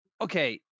Okay